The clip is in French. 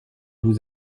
vous